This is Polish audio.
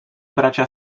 bracia